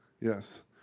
Yes